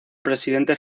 presidente